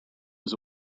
was